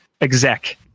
exec